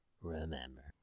Remember